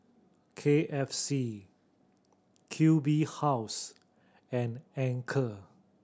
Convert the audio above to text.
K F C Q B House and Anchor